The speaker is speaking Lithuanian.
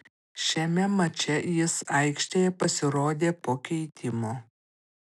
šiame mače jis aikštėje pasirodė po keitimo